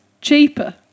cheaper